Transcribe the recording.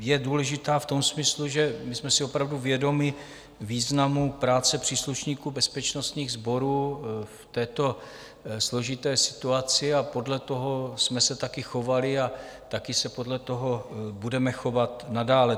Je důležitá v tom smyslu, že jsme si opravdu vědomi významu práce příslušníků bezpečnostních sborů v této složité situaci, podle toho jsme se taky chovali a taky se podle toho budeme chovat nadále.